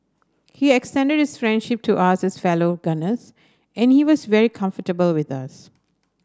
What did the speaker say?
he extended his friendship to us as fellow gunners and he was very comfortable with us